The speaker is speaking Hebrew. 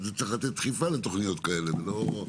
זה צריך לתת דחיפה לתוכניות כאלה אל מול אחרות.